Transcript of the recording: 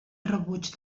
rebuig